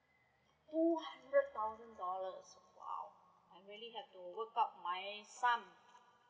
two hundred thousand dollars !wow! I really had to work out my sum